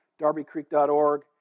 darbycreek.org